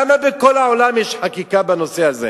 למה בכל העולם יש חקיקה בנושא הזה?